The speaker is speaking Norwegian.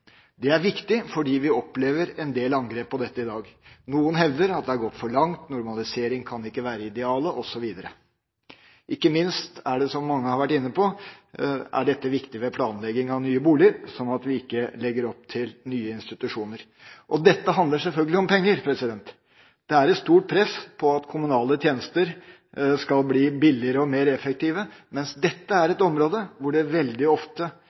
Det er viktig fordi vi opplever en del angrep på dette i dag. Noen hevder at det har gått for langt, normalisering kan ikke være idealet, osv. Ikke minst er dette – som mange har vært inne på – viktig ved planlegging av nye boliger, sånn at vi ikke legger opp til nye institusjoner. Dette handler selvfølgelig om penger. Det er et stort press på at kommunale tjenester skal bli billigere og mer effektive, men dette er et område hvor det veldig ofte